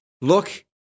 Look